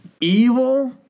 evil